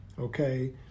okay